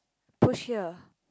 push here